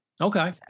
okay